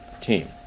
team